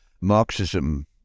Marxism